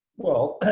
well,